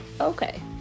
okay